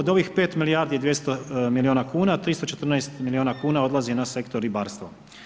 Od ovih 5 milijardi i 200 milijuna kuna 314 milijuna kuna odlazi na sektor ribarstva.